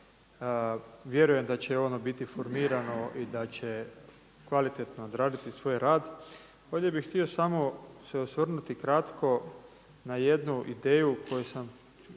Vjerujem da će ono biti formirano i da će kvalitetno odraditi svoj rad. Ovdje bi htio samo se osvrnuti kratko na jednu ideju koju sam